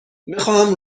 بخواهم